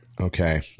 Okay